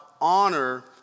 honor